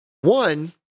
One